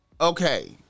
Okay